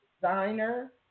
designer